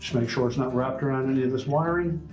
make sure it's not wrapped around any of this wiring,